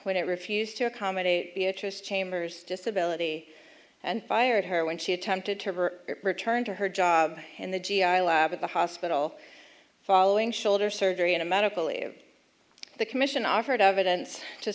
when it refused to accommodate beatrice chambers disability and fired her when she attempted to return to her job in the g i lab at the hospital following shoulder surgery on a medical leave the commission offered evidence to